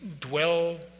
dwell